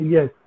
Yes